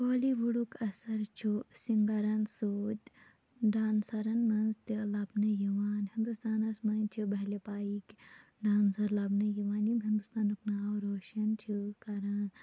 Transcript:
بالی وُڈُک اَثَر چھُ سِنگَرَن سۭتۍ ڈانٛسَرَن مَنٛز تہِ لَبنہٕ یِوان ہِنٛدوستانَس مَنٛز چھِ بَہلہِ پایِک ڈانٛسَر لَبنہٕ یِوان یِم ہِنٛدوستانُک ناو روشَن چھِ کَران